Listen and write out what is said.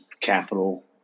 capital